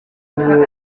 mwuga